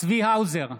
צבי האוזר,